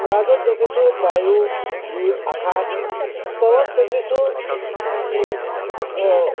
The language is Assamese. মাজত দেখিছো বায়ু জীৱ আকাশ তলত দেখিছোঁ মি